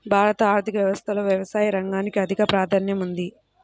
భారత ఆర్థిక వ్యవస్థలో వ్యవసాయ రంగానికి అధిక ప్రాధాన్యం ఉంది